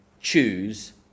choose